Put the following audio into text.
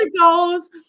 goals